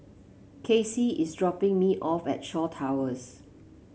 Kaci is dropping me off at Shaw Towers